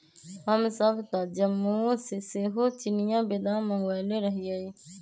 हमसभ तऽ जम्मूओ से सेहो चिनियाँ बेदाम मँगवएले रहीयइ